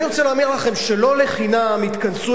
אני רוצה לומר לכם שלא לחינם התכנסו